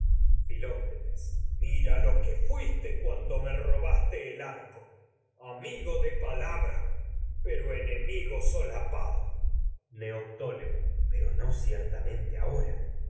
filoctetes mira lo que fuiste cuando me robaste el arco amigo de palabra pero enemigo solapado ahora y neoptólemo oír pero no ciertamente